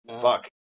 fuck